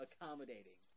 accommodating